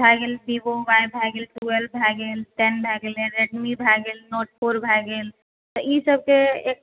भए गेल Vivo Y भए गेल ट्वेल्व भए गेल टेन भए गेल रेडमी भए गेल नोड फोर भए गेल तऽ ई सबके